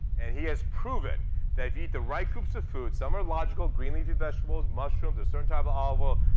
and he has proven that if you eat the right groups of food some are logical green leafy vegetables, mushrooms, a certain type of olive oil,